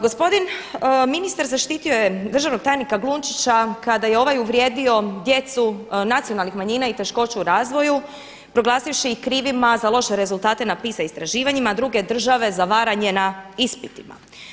Gospodin ministar zaštitio je državnog tajnika Glunčića kada je ovaj uvrijedio djecu nacionalnih manjina i teškoća u razvoju proglasivši ih krivima za loše rezultate na PISA istraživanjima druge države za varanje na ispitima.